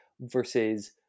Versus